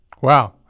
Wow